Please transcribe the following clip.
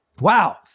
wow